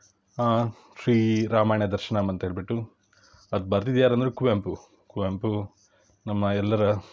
ಶ್ರೀ ರಾಮಾಯಣ ದರ್ಶನಂ ಅಂತ ಹೇಳ್ಬಿಟ್ಟು ಅದು ಬರ್ದಿದ್ದು ಯಾರಂದರೆ ಕುವೆಂಪು ಕುವೆಂಪು ನಮ್ಮ ಎಲ್ಲರ